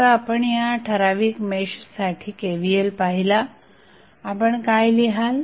आता आपण या ठराविक मेशसाठी KVL लिहिला आपण काय लिहाल